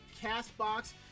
CastBox